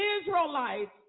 Israelites